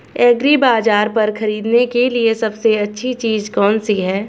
एग्रीबाज़ार पर खरीदने के लिए सबसे अच्छी चीज़ कौनसी है?